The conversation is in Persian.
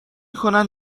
کنند